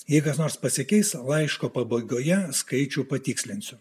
jeigu kas nors pasikeis laiško pabaigoje skaičių patikslinsiu